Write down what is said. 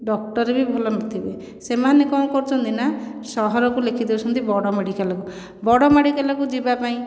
doctor ବି ଭଲ ନଥିବେ ସେମାନେ କ'ଣ କରୁଛନ୍ତି ନା ସହରକୁ ଲେଖି ଦେଉଛନ୍ତି ବଡ଼ ମେଡ଼ିକାଲକୁ ବଡ଼ ମେଡ଼ିକାଲକୁ ଯିବା ପାଇଁ